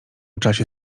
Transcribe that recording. czasie